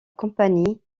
compagnie